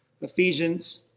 Ephesians